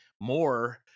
more